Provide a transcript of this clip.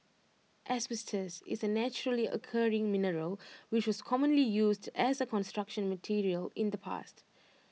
asbestos is A naturally occurring mineral which was commonly used as A Construction Material in the past